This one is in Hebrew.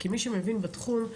כי מי שמבין בתחום,